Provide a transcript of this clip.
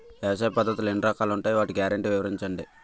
వ్యవసాయ పద్ధతులు ఎన్ని రకాలు ఉంటాయి? వాటి గ్యారంటీ వివరించండి?